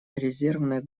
резервная